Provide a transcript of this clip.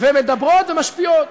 איזה צינור, ומדברות ומשפיעות.